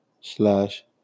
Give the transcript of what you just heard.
slash